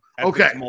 Okay